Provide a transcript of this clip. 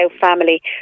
family